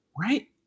Right